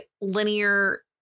linear